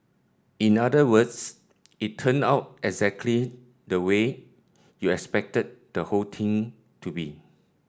in other words it turned out exactly the way you expected the whole thing to be